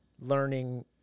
learning